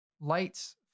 lights